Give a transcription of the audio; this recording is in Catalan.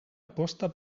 aposta